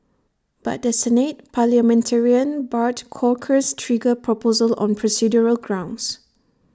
but the Senate parliamentarian barred Corker's trigger proposal on procedural grounds